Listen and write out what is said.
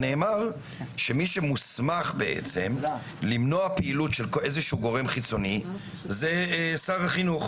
נאמר שמי שמוסמך בעצם למנוע פעילות של איזשהו גורם חיצוני זה שר החינוך.